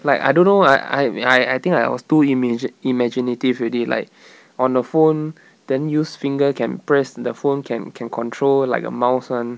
like I don't know I I I I think I was to image~ imaginative already like on the phone then use finger can press the phone can can control like a mouse [one]